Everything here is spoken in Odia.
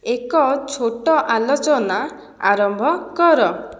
ଏକ ଛୋଟ ଆଲୋଚନା ଆରମ୍ଭ କର